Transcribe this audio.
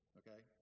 okay